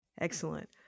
Excellent